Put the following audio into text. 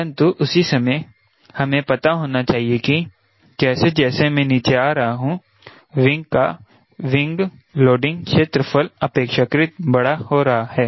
परंतु उसी समय हमे पता होना चाहिए कि जैसे जैसे मैं नीचे आ रहा हूं विंग का विंग लोडिंग क्षेत्रफल अपेक्षाकृत बड़ा हो रहा है